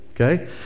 Okay